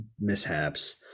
mishaps